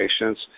patients